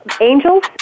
angels